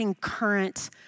current